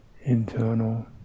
internal